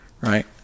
Right